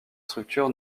structures